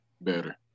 better